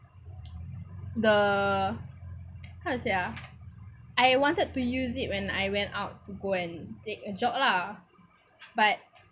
the how to say ah I wanted to use it when I went out to go and take a job lah but